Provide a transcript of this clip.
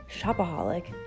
shopaholic